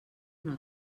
una